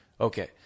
Okay